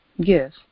give